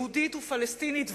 יהודית ופלסטינית,